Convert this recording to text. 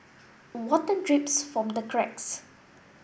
water drips from the cracks